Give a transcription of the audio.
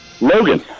Logan